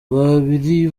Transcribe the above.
babiri